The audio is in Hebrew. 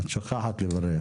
את שוכחת לברך.